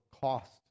cost